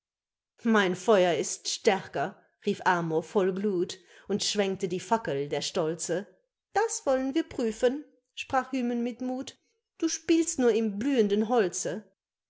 mein feuer ist stärker rief amor voll gluth und schwenkte die fackel der stolze das wollen wir prüfen sprach hymen mit muth du spielst nur im blühenden holze